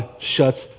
shuts